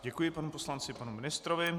Děkuji panu poslanci i panu ministrovi.